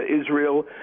Israel